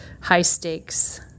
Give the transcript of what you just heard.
high-stakes